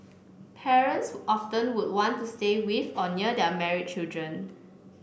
parents often would want to stay with or near their married children